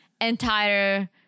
entire